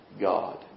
God